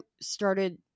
started